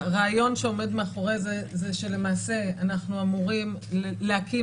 הרעיון שעומד מאחורי זה הוא שלמעשה אנחנו אמורים להקים